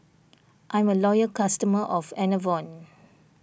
I'm a loyal customer of Enervon